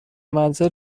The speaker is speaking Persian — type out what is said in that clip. منزل